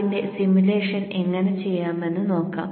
അതിന്റെ സിമുലേഷൻ എങ്ങനെ ചെയ്യാമെന്ന് നോക്കാം